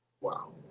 Wow